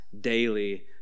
daily